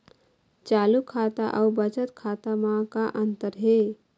चालू खाता अउ बचत खाता म का अंतर हे?